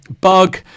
bug